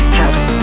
house